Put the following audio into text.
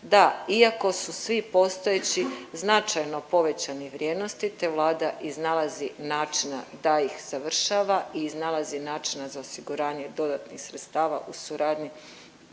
da, iako su svi postojeći značajno povećane vrijednosti te Vlada iznalazi načina da ih završava i iznalazi načina za osiguranje dodatnih sredstava u suradnji